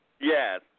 Yes